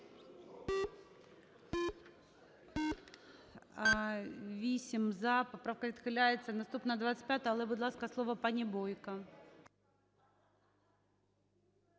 За-8 Поправка відхиляється. Наступна 25-а. Але, будь ласка, слово пані Бойко.